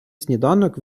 сніданок